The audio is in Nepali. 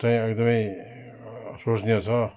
चाहिँ एकदमै सोचनीय छ